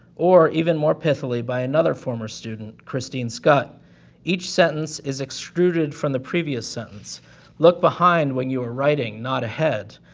or, even more pithily, by another former student, christine schutt each sentence is extruded from the previous sentence look behind when you are writing, not ahead.